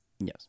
Yes